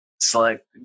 select